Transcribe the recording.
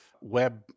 web